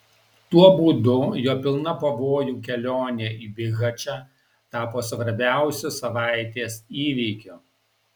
tuo būdu jo pilna pavojų kelionė į bihačą tapo svarbiausiu savaitės įvykiu